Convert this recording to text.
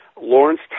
Lawrence